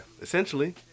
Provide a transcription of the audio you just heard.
essentially